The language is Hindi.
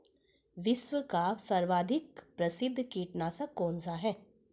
विश्व का सर्वाधिक प्रसिद्ध कीटनाशक कौन सा है?